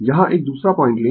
यहाँ एक दूसरा पॉइंट लें